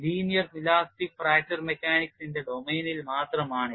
linear elastic fracture മെക്കാനിക്സിന്റെ ഡൊമെയ്നിൽ മാത്രമാണ് ഇത്